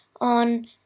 on